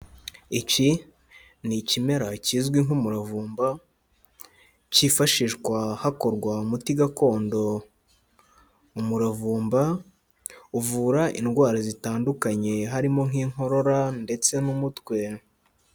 Iki ni ikimera kizwi nk'umuravumba cyifashishwa hakorwa umuti gakondo, umuravumba uvura indwara zitandukanye harimo nk'inkorora ndetse n'umutwe.